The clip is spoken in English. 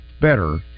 better